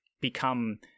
become